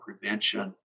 prevention